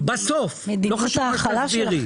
בסוף, לא חשוב מה שתסבירי,